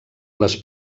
les